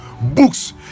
books